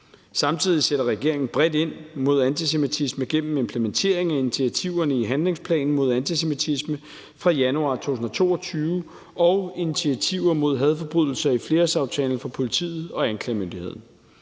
Samtidig sætter regeringen bredt ind mod antisemitisme gennem implementering af initiativerne i handlingsplanen mod antisemitisme fra januar 2022 og initiativer mod hadforbrydelser i flerårsaftalen for politiet og anklagemyndigheden.